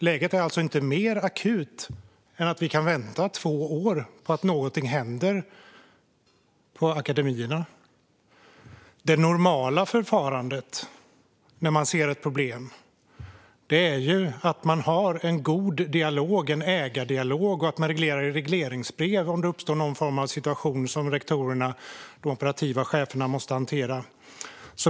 Läget är alltså inte mer akut än att vi kan vänta två år på att någonting händer på lärosätena. Det normala förfarandet när man ser ett problem är ju att man för en god dialog, en ägardialog, och reglerar i regleringsbrev om det uppstår någon form av situation som rektorerna, de operativa cheferna, måste hantera.